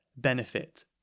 benefit